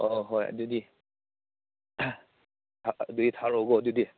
ꯍꯣꯏ ꯍꯣꯏ ꯍꯣꯏ ꯑꯗꯨꯗꯤ ꯑꯗꯨꯗꯤ ꯊꯥꯔꯛꯑꯣꯀꯣ ꯑꯗꯨꯗꯤ